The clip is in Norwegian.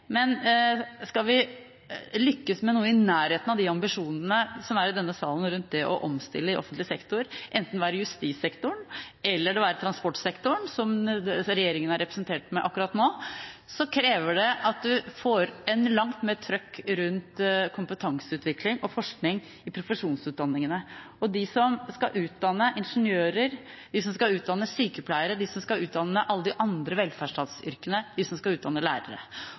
men skal vi lykkes med noe i nærheten av de ambisjonene som er i denne salen rundt det å omstille i offentlig sektor, enten det er i justissektoren eller i transportsektoren, som regjeringen er representert med akkurat nå, krever det at man får langt mer trykk på kompetanseutvikling og forskning i profesjonsutdanningene og de som skal utdanne ingeniører, de som skal utdanne sykepleiere, de som skal utdanne innen alle de andre velferdsstatsyrkene, og de som skal utdanne lærere.